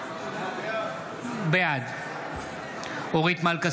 בעד אורית מלכה